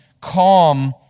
calm